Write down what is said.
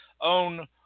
own